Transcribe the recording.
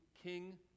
King